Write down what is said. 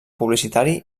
publicitari